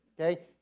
okay